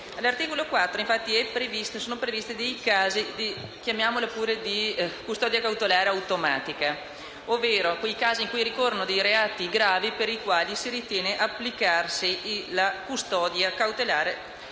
All'articolo 4 sono previsti i casi di custodia cautelare automatica, ovvero casi in cui ricorrono reati gravi per i quali si ritiene applicarsi la custodia cautelare «salvo